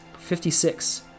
56